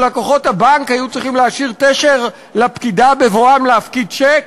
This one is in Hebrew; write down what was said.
או לקוחות הבנק היו צריכים להשאיר תשר לפקידה בבואם להפקיד צ'ק?